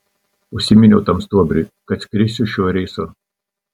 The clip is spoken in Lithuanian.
užsiminiau tam stuobriui kad skrisiu šiuo reisu